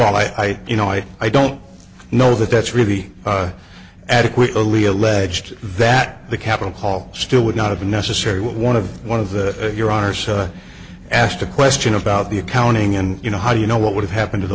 all i you know i i don't know that that's really adequately alleged that the capitol hall still would not have been necessary one of one of the your honour's asked a question about the accounting and you know how do you know what would happen to the